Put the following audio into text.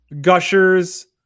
Gushers